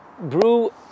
brew